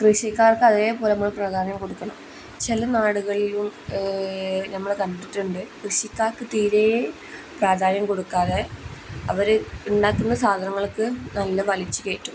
കൃഷിക്കാർക്ക് അതേപോലെ നമ്മൾ പ്രധാന്യം കൊടുക്കണം ചില നാടുകളിലും നമ്മൾ കണ്ടിട്ടുണ്ട് കൃഷിക്കാർക്ക് തീരേ പ്രാധാന്യം കൊടുക്കാതെ അവർ ഉണ്ടാക്കുന്ന സാധനങ്ങൾക്ക് നല്ല വലിച്ച് കയറ്റും